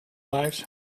lives